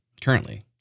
currently